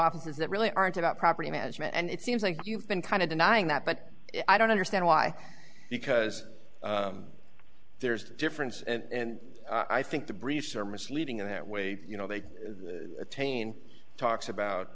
offices that really aren't about property management and it seems like you've been kind of denying that but i don't understand why because there's a difference and i think the briefs are misleading in that way you know they attain talks about